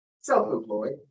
self-employed